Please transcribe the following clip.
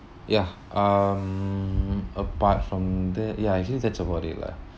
ya um apart from that ya actually that's about it lah